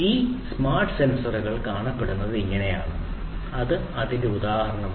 ഒരു smart sensor കാണപ്പെടുന്നത് ഇങ്ങനെയാണ് ഇത് അതിന്റെ ഉദാഹരണമാണ്